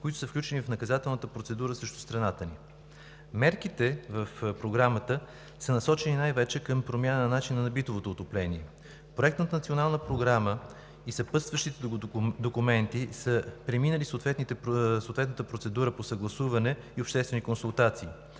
които са включени в наказателната процедура срещу страната ни. Мерките в Програмата са насочени най-вече към промяна на начина на битовото отопление. Проектът на Национална програма и съпътстващите я документи са преминали съответната процедура по съгласуване и обществени консултации.